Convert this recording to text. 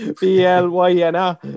B-L-Y-N-A